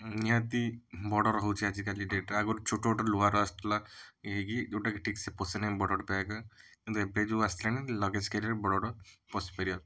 ନିହାତି ବଡ଼ ରହୁଛେ ଆଜିକାଲି ଡେଟ୍ରେ ଆଗରୁ ଛୋଟ ଛୋଟ ଲୁହାର ଆସୁଥିଲା ଇଏ ହେଇକି ଯେଉଁଟାକି ଠିକସେ ପଶେ ନାହିଁ ବଡ଼ ବଡ଼ ବ୍ୟାଗ୍ ତେଣୁ ଏବେ ଯେଉଁ ଆସିଲାଣି ଲଗେଜ୍ କାରିୟର ବଡ଼ ବଡ଼ ପଶିପାରିବ